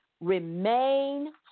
remain